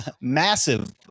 massive